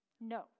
No